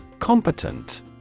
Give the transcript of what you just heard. Competent